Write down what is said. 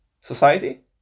society